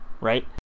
right